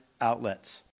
outlets